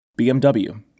BMW